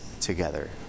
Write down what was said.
together